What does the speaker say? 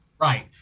Right